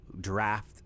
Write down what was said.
draft